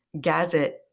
Gazette